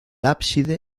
ábside